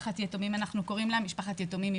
אנחנו קוראים לה משפחת יתומים.